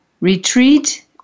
retreat